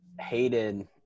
hated –